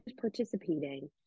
participating